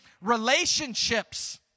relationships